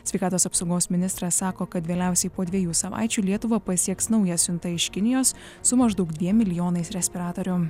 sveikatos apsaugos ministras sako kad vėliausiai po dviejų savaičių lietuvą pasieks nauja siunta iš kinijos su maždaug dviem milijonais respiratorių